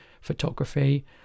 photography